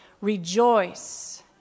rejoice